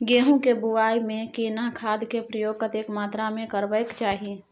गेहूं के बुआई में केना खाद के प्रयोग कतेक मात्रा में करबैक चाही?